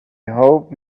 hope